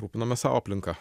rūpinamės savo aplinka